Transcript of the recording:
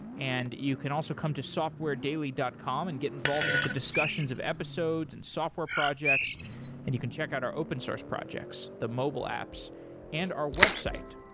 and you can also come to softwaredaily dot com and get involved with the discussions of episodes and software projects and you can check out our open source projects, the mobile apps and our website.